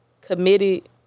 committed